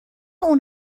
اون